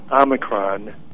omicron